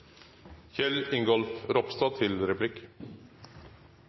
Kjell Ingolf Ropstad